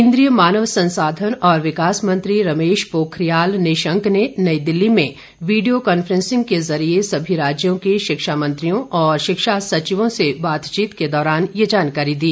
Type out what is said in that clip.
केन्द्रीय मानव संसाधन और विकास मंत्री रमेश पोखरियाल निशंक ने नई दिल्ली में वीडियो कान्फ्रेंस के जरिए सभी राज्यों के शिक्षा मंत्रियों और शिक्षा सचिवों से बातचीत के दौरान यह जानकारी दी